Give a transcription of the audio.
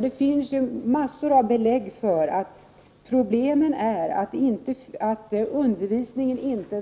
Det finns massor av belägg för problemen med att kunskaper och färdigheter i undervisningen inte